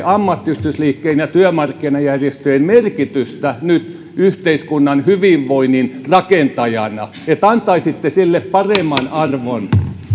ammattiyhdistysliikkeen ja työmarkkinajärjestöjen merkitystä nyt yhteiskunnan hyvinvoinnin rakentajana että antaisitte sille paremman arvon